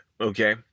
okay